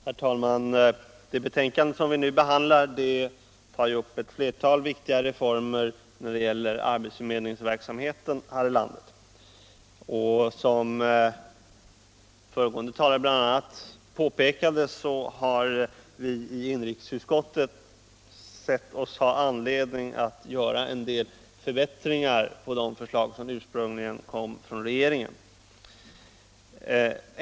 Herr talman! Det betänkande som nu behandlas rör ett flertal viktiga reformer när det gäller arbetsförmedlingsverksamheten här i landet. Som bl.a. föregående talare påpekade har vi i inrikesutskottet ansett oss ha anledning att göra en del förbättringar av de förslag som ursprungligen kom från regeringen.